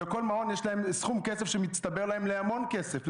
בכל מעון יש סכום כסף שמצטבר להם להמון כסף,